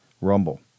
Rumble